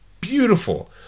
beautiful